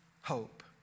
hope